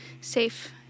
safe